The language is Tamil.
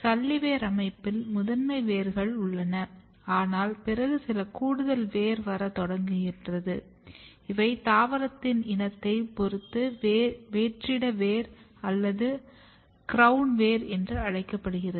சல்லி வேர் அமைப்பில் முதன்மை வேர்கள் உள்ளன ஆனால் பிறகு சில கூடுதல் வேர் வர தொடங்குகிறது இவை தாவரத்தின் இனத்தை பொறுத்து வேற்றிட வேர் அல்லது கிரௌன் வேர் என்று அழைக்கப்படுகிறது